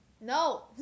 No